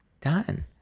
done